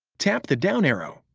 tap the down arrow,